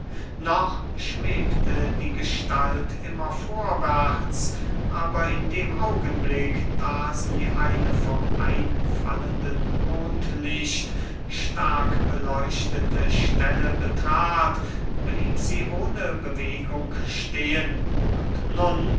noch schwebte die gestalt immer vorwärts aber in dem augenblick da sie eine vom einfallenden mondlicht stark beleuchtete stelle betrat blieb sie ohne bewegung stehen und